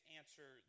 answer